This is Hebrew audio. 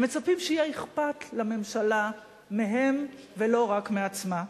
הם מצפים שיהיה אכפת לממשלה מהם ולא רק מעצמה.